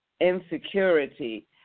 insecurity